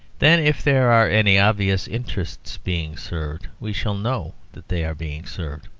then, if there are any obvious interests being served, we shall know that they are being served.